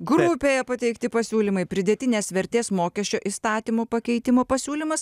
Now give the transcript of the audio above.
grupėje pateikti pasiūlymai pridėtinės vertės mokesčio įstatymo pakeitimo pasiūlymas